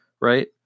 right